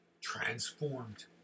transformed